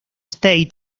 state